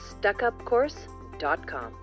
StuckUpCourse.com